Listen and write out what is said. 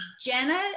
Jenna